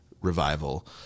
revival